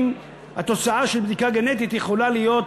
כי לפעמים התוצאה של בדיקה גנטית יכולה להיות,